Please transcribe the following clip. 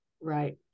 Right